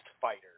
fighter